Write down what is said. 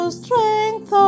strength